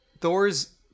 Thor's